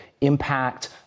impact